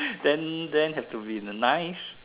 then then have to be the knife